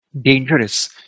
dangerous